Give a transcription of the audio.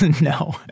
No